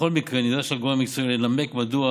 בכל מקרה, נדרש הגורם המקצועי לנמק מדוע